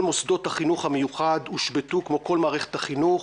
כל מוסדות החינוך המיוחד הושבתו כמו כל מערכת החינוך.